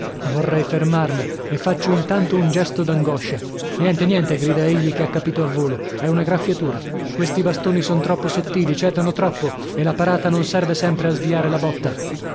vorrei fermarmi e faccio intanto un gesto d'angoscia niente niente grida egli che ha capito a volo è una graffiatura questi bastoni son troppo sottili cedono troppo e la parata non serve sempre a sviare la botta